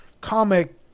comic